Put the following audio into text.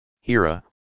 Hira